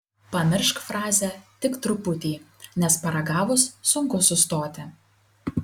pamiršk frazę tik truputį nes paragavus sunku sustoti